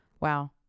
Wow